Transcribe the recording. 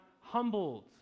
humbled